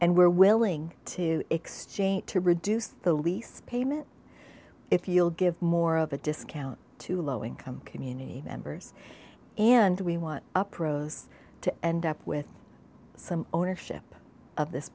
and we're willing to exchange to reduce the lease payment if you'll give more of a discount to low income community members and we want uprose to end up with some ownership of this